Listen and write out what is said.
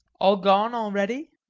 all gone already?